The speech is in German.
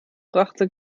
brachte